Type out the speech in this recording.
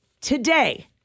today